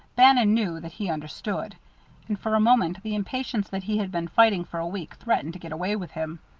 bannon knew that he understood and for a moment the impatience that he had been fighting for a week threatened to get away with him.